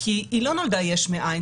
כי היא לא נולדה יש מאין.